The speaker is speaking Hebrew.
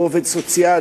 שהוא עובד סוציאלי,